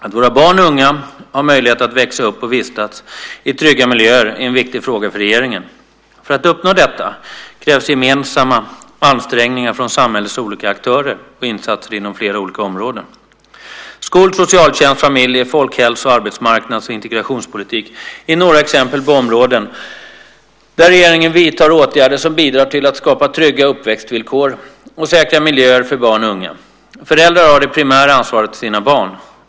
Att våra barn och unga har möjlighet att växa upp och vistas i trygga miljöer är en viktig fråga för regeringen. För att uppnå detta krävs gemensamma ansträngningar från samhällets olika aktörer och insatser inom flera olika områden. Skol-, socialtjänst-, familje-, folkhälso-, arbetsmarknads och integrationspolitik är några exempel på områden där regeringen vidtar åtgärder som bidrar till att skapa trygga uppväxtvillkor och säkra miljöer för barn och unga. Föräldrar har det primära ansvaret för sina barn.